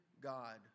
God